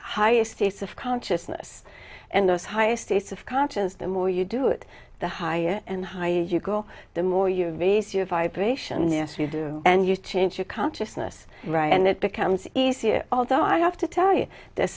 highest states of consciousness and as highest states of conscience the more you do it the higher and higher you go the more you vs your vibration yes you do and you change your consciousness right and it becomes easier although i have to tell you there's